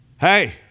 Hey